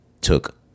took